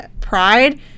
Pride